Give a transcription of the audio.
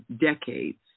decades